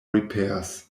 repairs